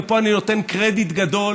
ופה אני נותן קרדיט גדול